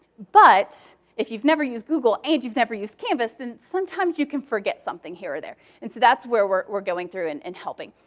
but if you've never used google and you've never used canvas, then sometimes you can forget something here or there. and so that's where we're we're going through and and helping.